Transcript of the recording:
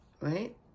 Right